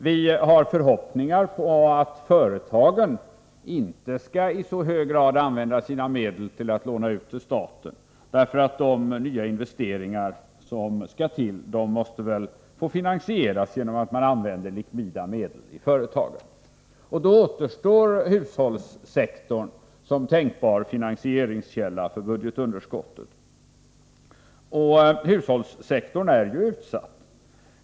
Vi har förhoppningar om att företagen inte i så hög grad skall använda sina medel för att låna ut till staten, eftersom de nya investeringar som skall till måste få finansieras genom att man i företagen använder likvida medel. Då återstår hushållssektorn som tänkbar finansieringskälla för budgetunderskottet. Hushållssektorn är utsatt.